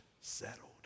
settled